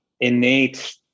innate